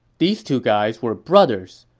these two guys were brothers.